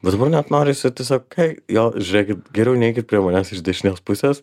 bet dabar net norisi tiesiog ai jo žiūrėkit geriau neikit prie manęs iš dešinės pusės